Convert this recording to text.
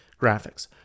graphics